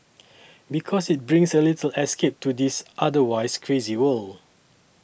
because it brings a little escape to this otherwise crazy world